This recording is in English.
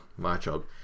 matchup